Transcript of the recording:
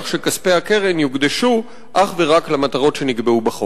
שכספי הקרן יוקדשו אך ורק למטרות שנקבעו בחוק?